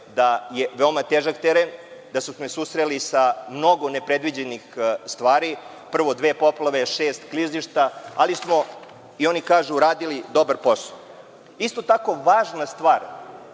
da je veoma težak teren, da su se susreli sa mnogo nepredviđenih stvari. Prvo dve poplate, šest klizišta, ali smo, oni kažu, uradili dobar posao. Isto tako važna stvar